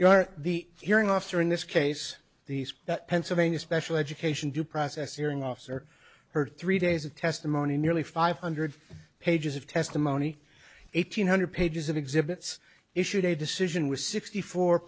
you're the hearing officer in this case these pennsylvania special education due process hearing officer heard three days of testimony nearly five hundred pages of testimony eight hundred pages of exhibits issued a decision was sixty four